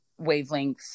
wavelengths